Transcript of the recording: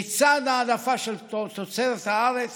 בצד העדפה של תוצרת הארץ